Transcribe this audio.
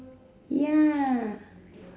ya